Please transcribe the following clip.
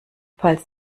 falls